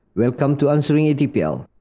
welcome to answering atpl.